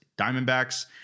Diamondbacks